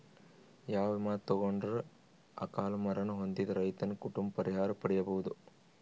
ಯಾವ ವಿಮಾ ತೊಗೊಂಡರ ಅಕಾಲ ಮರಣ ಹೊಂದಿದ ರೈತನ ಕುಟುಂಬ ಪರಿಹಾರ ಪಡಿಬಹುದು?